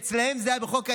שאצלם זה היה בחוק ההסדרים,